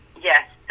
Yes